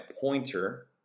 pointer